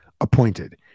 appointed